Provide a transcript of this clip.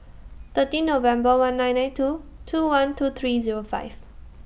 thirteen November one nine nine two two one two three Zero five